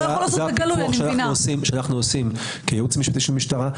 אנו עושים זאת כייעוץ משפטי של משטרה.